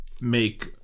make